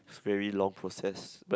it's very long process but